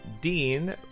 dean